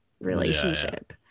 relationship